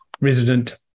resident